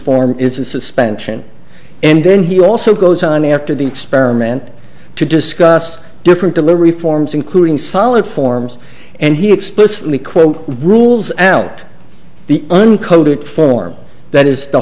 a suspension and then he also goes on after the experiment to discuss different delivery forms including solid forms and he explicitly quote rules out the uncoated form that is the